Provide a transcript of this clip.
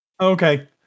Okay